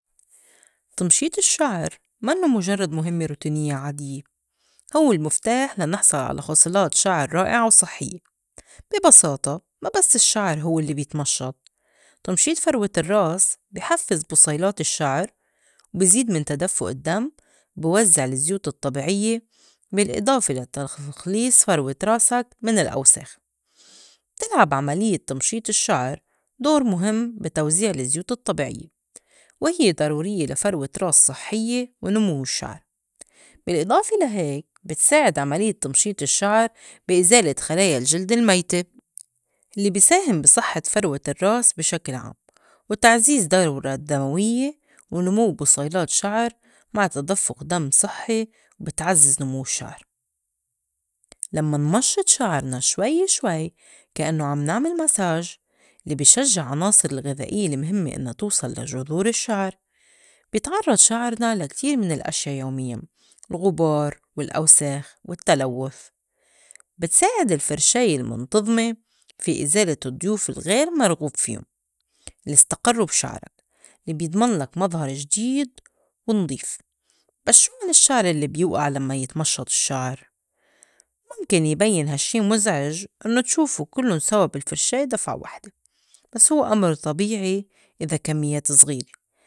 تمشيط الشّعر منّو مُجرّد مُهِمّة روتينيّة عاديّة هوّ المُفتاح لَنِحصل على خُصُلات شعر رائعة وصحيّة. بي بساطة ما بس الشّعر هوّ لّي بيتمشّط، تمشيط فروة الرّاس بي حفّز بُصيلات الشّعر، وبزيد من تدفُّق الدّم، وبوزّع لزيوت الطبيعيّة، بالإضافة لتخ- ليص فروة راسك من الأوساخ. بتلعب عمليّة تمشيط الشّعر دور مُهِم بي توزيع الزّيوت الطّبيعيّة وهيّ ضروريّة لفروة راس صحيّة ونمو الشّعر، بالإضافة لهيك بتساعد عمليّة تمشيط الشّعر بي إزالة خلايا الجلد الميْتة اللّي بي ساهم بي صحّة فروة الرّاس بي شكِل عام، وتعزيز الدّورة الدّمويّة، ونمو بُصيلات شعر مع تدفُّق دم صحّي وبتعزّز نمو الشّعر. لمّا نمشّط شعرنا شوي شوي كإنّو عم نعمل ماساج، لي بي شجّع عناصر الغِذائيّة المْهِمّة إنّو توصل لجذور الشّعر. بيتعرّض شعرنا لكتير من الأشيا يوميّاً الغُبار، والأوساخ، والتلوّث، بتساعد الفرشاية المُنْتظمة في إزالة الضيوف الغير مرغوب فيُن لي استقرّو بي شعرك، لي بيضمنلك مظهر جديد ونضيف. بس شو عن الشّعر اللّي بيوقع لمّا يتمشّط الشّعر؟ مُمكن يبيّن هاشّي مُزعِج إنّو تشوفو كلُّن سوا بالفرشاية دفعة وحدة، بس هوّ أمر طبيعي إذا كميّات زغيرة.